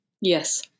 Yes